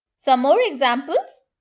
some more examples.